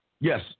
Yes